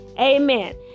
Amen